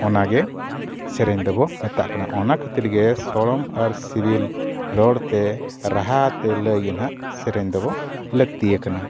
ᱚᱱᱟᱜᱮ ᱥᱮᱨᱮᱧ ᱫᱚᱵᱚ ᱢᱮᱛᱟᱜ ᱠᱟᱱᱟ ᱚᱱᱟ ᱠᱷᱟᱹᱛᱤᱨ ᱜᱮ ᱥᱚᱲᱚᱢ ᱟᱨ ᱥᱤᱵᱤᱞ ᱨᱚᱲᱛᱮ ᱨᱟᱦᱟᱛᱮ ᱞᱟᱹᱭ ᱜᱮ ᱱᱟᱦᱟᱜ ᱥᱮᱨᱮᱧ ᱫᱚᱵᱚ ᱞᱟᱹᱠᱛᱤᱭ ᱟᱠᱟᱱᱟ